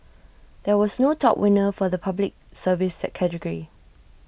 there was no top winner for the Public Service category